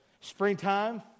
springtime